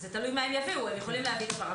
תלוי מה הם יביאו משרד הבריאות יכול להביא פרמדיקים,